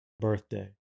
birthday